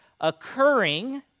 occurring